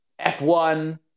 F1